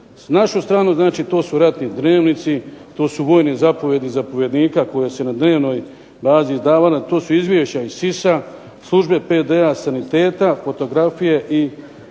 S naše strane, znači to su ratni dnevnici, to su vojne zapovjedi zapovjednika koje su se na dnevnoj bazi izdavale, to su izvješća iz SIS-a, službe … /Govornik se